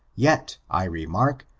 yet, i remark,